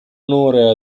onore